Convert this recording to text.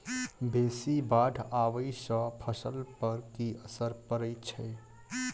बेसी बाढ़ आबै सँ फसल पर की असर परै छै?